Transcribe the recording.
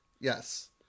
Yes